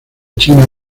china